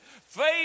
Faith